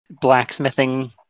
blacksmithing